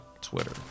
Twitter